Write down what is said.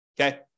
okay